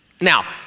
Now